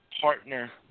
partner